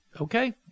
okay